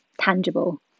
tangible